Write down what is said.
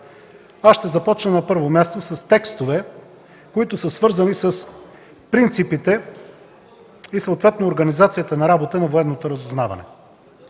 Аз ще започна, на първо място, с текстове, свързани с принципите и съответно организацията на работа на Военното разузнаване,